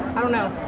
i don't know.